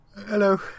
Hello